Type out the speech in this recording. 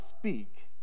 speak